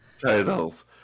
titles